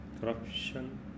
corruption